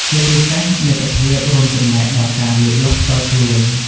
ជាពិសេស មិត្តភាពរួមចំណែកដល់ ការលូតលាស់ផ្ទាល់ខ្លួន។